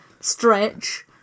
Stretch